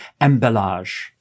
embellage